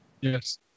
yes